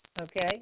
Okay